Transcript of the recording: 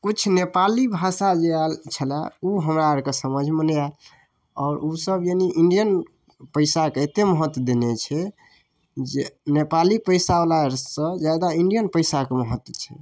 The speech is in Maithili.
किछु नेपाली भाषा जे आएल छलै ओ हमरा आओरके समझिमे नहि आएल आओर ओसब यानि इण्डियन पइसाके एतेक महत्व देने छै जे नेपाली पइसासँ ज्यादा इण्डियन पइसाके महत्व छै